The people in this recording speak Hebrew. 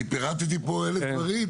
אני פירטתי פה אלף דברים,